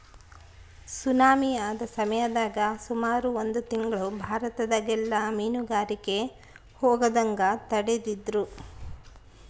tsunami ಆದ ಸಮಯದಾಗ ಸುಮಾರು ಒಂದು ತಿಂಗ್ಳು ಭಾರತದಗೆಲ್ಲ ಮೀನುಗಾರಿಕೆಗೆ ಹೋಗದಂಗ ತಡೆದಿದ್ರು